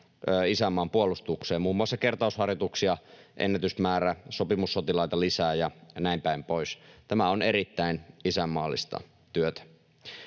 isänmaan puolustukseen, muun muassa kertausharjoituksia ennätysmäärä, sopimussotilaita lisää ja näinpäin pois. Tämä on erittäin isänmaallista työtä.